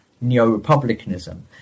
neo-republicanism